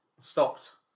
stopped